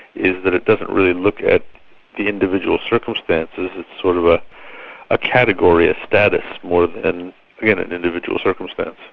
is that it doesn't really look at the individual circumstances, it's sort of ah a category, a status, more than, again, an individual circumstance.